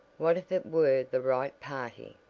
what if it were the right party?